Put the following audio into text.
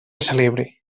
celebri